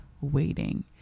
waiting